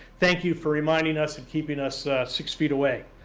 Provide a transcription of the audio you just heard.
thank you for reminding us and keeping us six feet away.